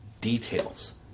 details